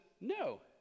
no